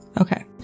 Okay